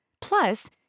plus